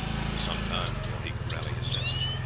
it was some time before he could rally his senses.